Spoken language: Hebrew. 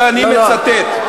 ואני מצטט,